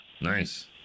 Nice